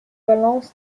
balance